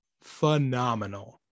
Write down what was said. phenomenal